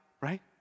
Right